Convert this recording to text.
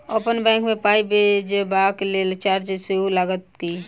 अप्पन बैंक मे पाई भेजबाक लेल चार्ज सेहो लागत की?